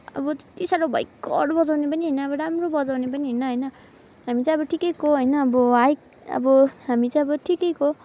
अब त्यत्ति साह्रो भयङ्कर बजाउने पनि होइन अब राम्रो बजाउने पनि होइन होइन हामी चाहिँ अब ठिकैको होइन अब हाइक अब हामी चाहिँ अब ठिकैको